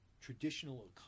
traditional